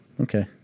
Okay